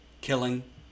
killing